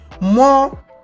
more